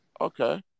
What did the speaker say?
Okay